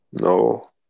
No